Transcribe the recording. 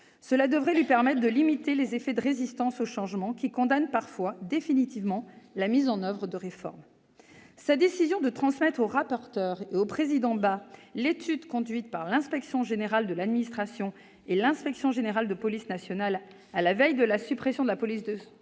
Cela devrait lui permettre de limiter les effets de résistance au changement, qui condamnent parfois définitivement la mise en oeuvre de réformes. Sa décision de transmettre au rapporteur et au président de la commission, M. Bas, l'étude conduite par l'Inspection générale de l'administration et l'Inspection générale de la police nationale à la veille de la suppression de la police de